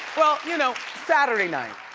well, you know, saturday night.